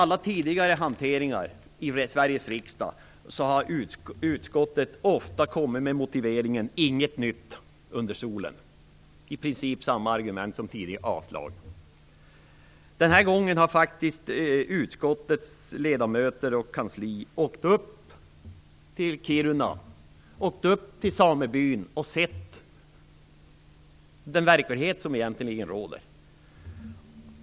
Vid tidigare hanteringar i Sveriges riksdag har utskottet ofta kommit med motiveringen: inget nytt under solen, dvs. i princip samma argument som tidigare, och yrkat avslag. Den här gången har faktiskt utskottets ledamöter och kansli åkt upp till Kiruna och samebyn och sett den verklighet som råder.